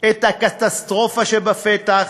את הקטסטרופה שבפתח,